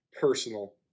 Personal